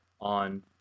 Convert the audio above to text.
on